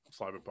Cyberpunk